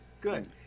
good